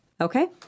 Okay